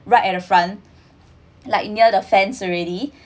right at the front like near the fence already